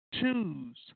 choose